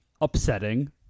upsetting